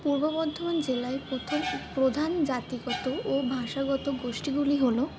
পূর্ব বর্ধমান জেলায় প্রথম প্রধান জাতিগত ও ভাষাগত গোষ্ঠীগুলি হল